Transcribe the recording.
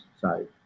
side